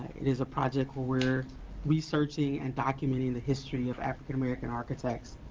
it is a project where we're researching and documenting the history of african american architects